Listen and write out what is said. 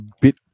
bit